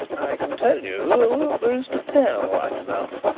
i can tell you what there is to tell, right enough,